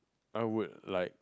I would like